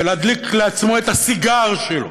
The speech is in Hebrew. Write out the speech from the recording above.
ולהדליק לעצמו את הסיגר שלו,